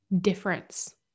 difference